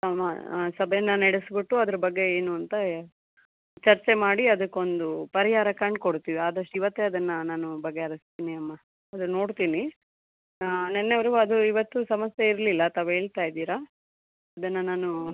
ಹಾಂ ಮಾ ಸಭೆನ ನಡೆಸ್ಬಿಟ್ಟು ಅದರ ಬಗ್ಗೆ ಏನು ಅಂತ ಯೆ ಚರ್ಚೆ ಮಾಡಿ ಅದಕ್ಕೊಂದು ಪರಿಹಾರ ಕಂಡ್ಕೊಡ್ತೀವಿ ಆದಷ್ಟು ಇವತ್ತೇ ಅದನ್ನು ನಾನು ಬಗೆಹರಿಸ್ತೀನಿ ಅಮ್ಮ ಅದೇ ನೋಡ್ತೀನಿ ನಿನ್ನೆವರೆಗೂ ಅದು ಇವತ್ತು ಸಮಸ್ಯೆ ಇರಲಿಲ್ಲ ತಾವು ಹೇಳ್ತಾಯಿದ್ದೀರ ಅದನ್ನು ನಾನು